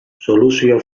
soluzio